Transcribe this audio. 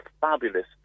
fabulous